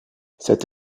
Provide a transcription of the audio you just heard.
cette